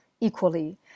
equally